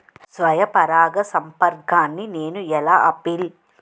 స్వీయ పరాగసంపర్కాన్ని నేను ఎలా ఆపిల్?